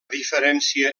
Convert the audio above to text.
diferència